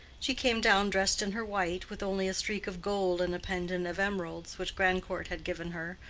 she came down dressed in her white, with only a streak of gold and a pendant of emeralds, which grandcourt had given her,